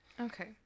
Okay